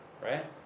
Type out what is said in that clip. right